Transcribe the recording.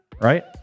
right